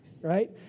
Right